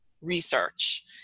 research